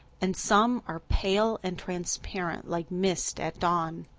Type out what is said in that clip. and some are pale and transparent like mist at dawn.